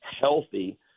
healthy